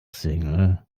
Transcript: single